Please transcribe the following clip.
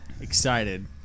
excited